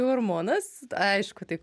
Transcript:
hormonas aišku tai